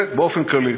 זה באופן כללי: